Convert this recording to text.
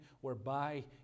whereby